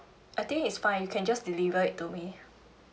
I think it's fine you can just deliver it to me